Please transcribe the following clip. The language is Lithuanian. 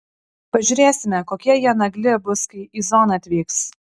pažiūrėsime kokie jie nagli bus kai į zoną atvyks